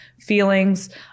feelings